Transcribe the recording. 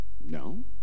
No